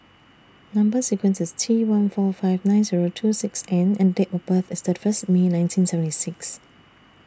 Number sequence IS T one four five nine Zero two six N and Date of birth IS thirty First May nineteen seventy six